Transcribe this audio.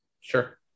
sure